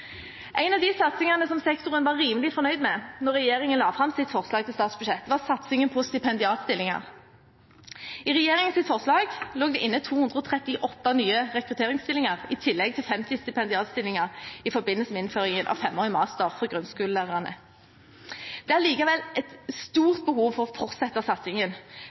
En av de satsingene som sektoren var rimelig fornøyd med da regjeringen la fram sitt forslag til statsbudsjett, var satsingen på stipendiatstillinger. I regjeringens forslag lå det inne 238 nye rekrutteringsstillinger, i tillegg til 50 stipendiatstillinger, i forbindelse med innføringen av femårig master for grunnskolelærere. Det er likevel et stort behov for å fortsette satsingen